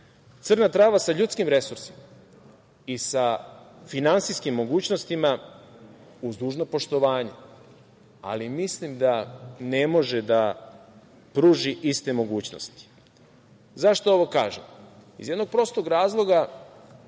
Trava sa ljudskim resursima i sa finansijskim mogućnostima, uz dužno poštovanje, ali mislim da ne može da pruži iste mogućnosti. Zašto ovo kažem? Iz jednog prostog razloga,